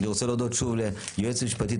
אני רוצה להודות ליועצת המשפטית,